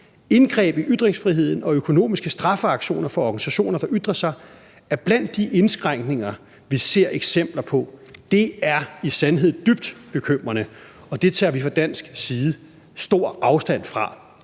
Indgreb i ytringsfriheden og økonomiske straffeaktioner over for organisationer, der ytrer sig, er blandt de indskrænkninger, vi ser eksempler på, og det er i sandhed dybt bekymrende, og det tager vi fra dansk side kraftigt afstand fra.